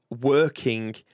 working